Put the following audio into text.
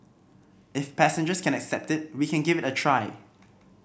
if passengers can accept it we can give it a try